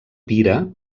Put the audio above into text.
pira